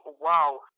Wow